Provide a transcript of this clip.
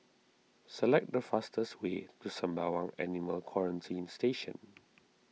select the fastest way to Sembawang Animal Quarantine Station